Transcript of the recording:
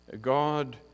God